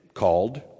called